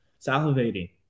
salivating